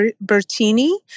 Bertini